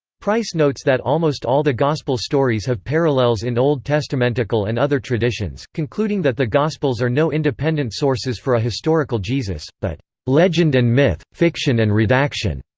price notes that almost all the gospel-stories have parallels in old testamentical and other traditions, concluding that the gospels are no independent sources for a historical jesus, but legend and myth, fiction and redaction.